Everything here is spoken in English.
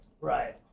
Right